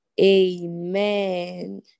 Amen